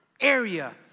area